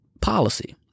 policy